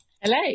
hello